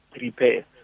repair